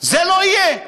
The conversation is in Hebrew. זה לא יהיה.